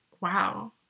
wow